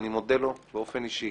אני מודה לו באופן אישי